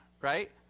right